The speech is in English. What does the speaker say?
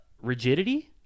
rigidity